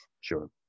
Sure